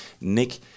nick